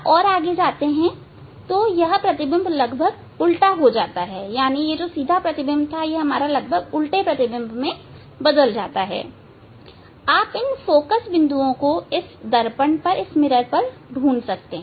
और आगे जाने पर हम देखते हैं कि सीधा प्रतिबिंब लगभग उल्टे प्रतिबिंब में बदल जाता है आप इन फोकस बिंदुओं को इस दर्पण पर ढूंढ सकते हैं